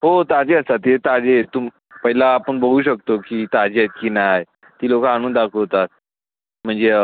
हो ताजी असतात हे ताजी आहेत तू पहिला आपण बघू शकतो की ताजे आहेत की नाही ती लोक आणून दाखवतात म्हणजे